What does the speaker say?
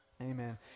Amen